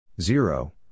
zero